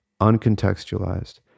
uncontextualized